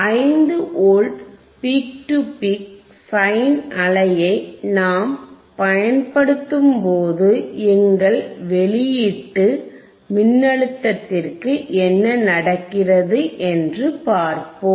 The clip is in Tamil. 5 volt peak to peak sine அலையை நாம் பயன்படுத்தும்போது எங்கள் வெளியீட்டு மின்னழுத்தத்திற்கு என்ன நடக்கிறது என்று பார்ப்போம்